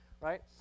right